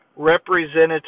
Representative